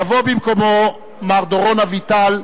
יבוא במקומו מר דורון אביטל,